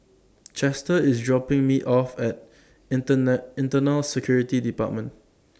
Chester IS dropping Me off At Internet Internal Security department